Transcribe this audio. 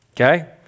Okay